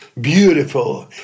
beautiful